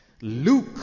Luke